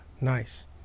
nice